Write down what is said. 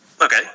Okay